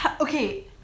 okay